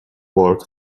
work